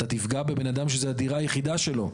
אתה תפגע בבן אדם שזו הדירה היחידה שלו.